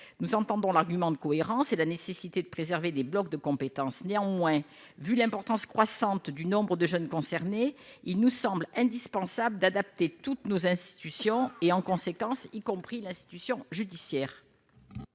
nous entendons l'argument de cohérence et la nécessité de préserver des blocs de compétences néanmoins vu l'importance croissante du nombre de jeunes concernés, il nous semble indispensable d'adapter toutes nos institutions et en conséquence, y compris l'institution judiciaire.